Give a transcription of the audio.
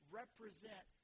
represent